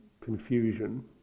confusion